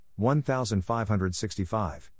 1565